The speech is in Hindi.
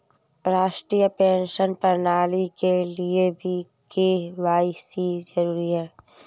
राष्ट्रीय पेंशन प्रणाली के लिए भी के.वाई.सी जरूरी है